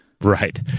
Right